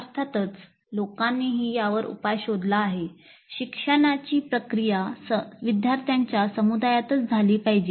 अर्थातच लोकांनीही यावर उपाय शोधला आहे शिकण्याची प्रक्रिया विदयार्थ्यांच्या समुदायातच झाली पाहिजे